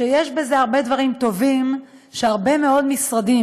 שיש הרבה דברים טובים בכך שהרבה מאוד משרדים,